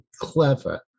clever